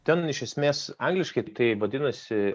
ten iš esmės angliškai tai vadinasi